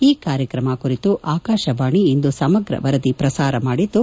ಈ ಕಾರ್ಯಕ್ರಮ ಕುರಿತು ಆಕಾಶವಾಣಿ ಇಂದು ಸಮಗ್ರ ವರದಿ ಪ್ರಸಾರ ಮಾಡಿದ್ದು